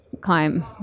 climb